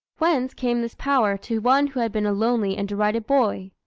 whence came this power to one who had been a lonely and derided boy?